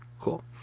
cool